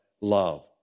love